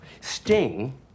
Sting